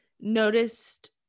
noticed